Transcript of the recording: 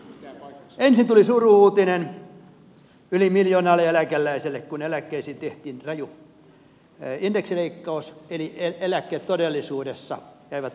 ensin tuli suru uutinen yli miljoonalle eläkeläiselle kun eläkkeisiin tehtiin raju indeksileikkaus eli eläkkeet todellisuudessa jäivät pakkasen puolelle